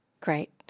Great